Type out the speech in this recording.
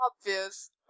obvious